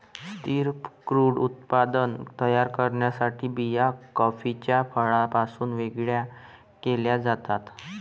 स्थिर क्रूड उत्पादन तयार करण्यासाठी बिया कॉफीच्या फळापासून वेगळे केल्या जातात